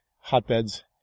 hotbeds